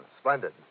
Splendid